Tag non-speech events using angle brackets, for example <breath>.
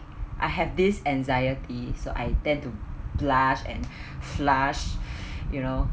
I have this anxiety so I tend to blush and <breath> flush <breath> you know